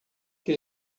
que